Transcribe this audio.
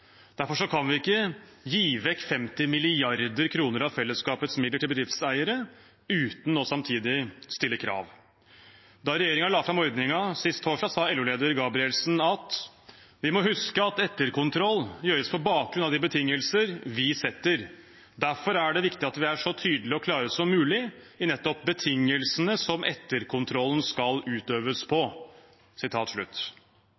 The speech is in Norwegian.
Derfor kan vi ikke gi vekk 50 mrd. kr av fellesskapets midler til bedriftseiere uten samtidig å stille krav. Da regjeringen la fram ordningen sist torsdag, sa LO-leder Gabrielsen: Vi må huske at etterkontroll gjøres på bakgrunn av de betingelser vi setter. Derfor er det viktig at vi er så tydelige og klare som mulig i nettopp betingelsene som etterkontrollen skal utøves